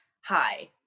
hi